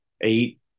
eight